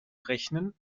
rechnen